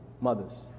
mothers